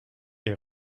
est